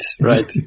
Right